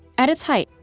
at its height,